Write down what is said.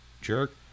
jerk